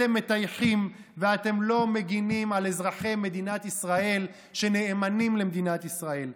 אתם מטייחים ואתם לא מגינים על אזרחי מדינת ישראל שנאמנים למדינת ישראל.